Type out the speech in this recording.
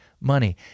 money